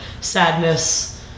sadness